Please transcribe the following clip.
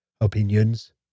Opinions